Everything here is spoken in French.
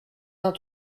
vingt